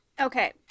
Okay